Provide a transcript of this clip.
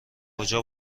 کجا